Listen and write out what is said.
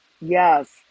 Yes